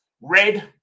Red